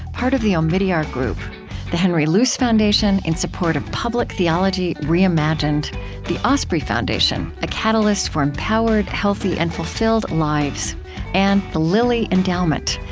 part of the omidyar group the henry luce foundation, in support of public theology reimagined the osprey foundation a catalyst for empowered, healthy, and fulfilled lives and the lilly endowment,